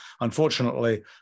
Unfortunately